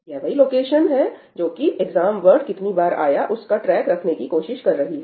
यह वही लोकेशन है जो कि एग्जाम वर्ड कितनी बार आया उसका ट्रैक रखने की कोशिश कर रही है